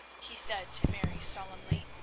he said to mary solemnly,